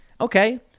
Okay